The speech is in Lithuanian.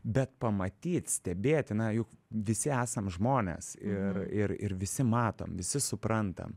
bet pamatyt stebėti na juk visi esam žmonės ir ir ir visi matom visi suprantam